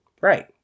right